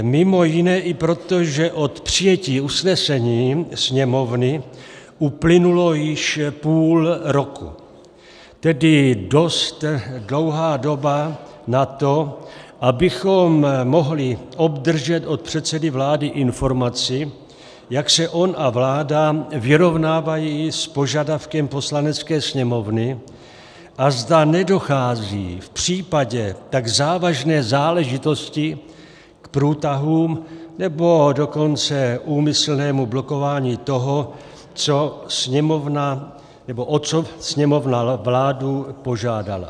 Mimo jiné i proto, že od přijetí usnesení Sněmovny uplynulo již půl roku, tedy dost dlouhá doba na to, abychom mohli obdržet od předsedy vlády informaci, jak se on a vláda vyrovnávají s požadavkem Poslanecké sněmovny a zda nedochází v případě tak závažné záležitosti k průtahům, nebo dokonce k úmyslnému blokování toho, o co Sněmovna vládu požádala.